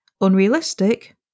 Unrealistic